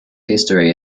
history